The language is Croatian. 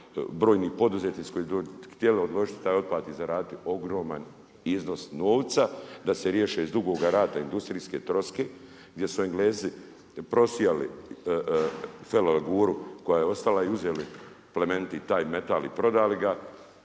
brojni poduzetnici koji bi htjeli odložiti taj otpad i zaraditi ogroman iznos novca da se riješe iz Dugoga Rata industrijske troske gdje su Englezi prosijali feroleguru koja je ostala i uzeli plemeniti taj metal i prodali ga,